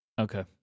Okay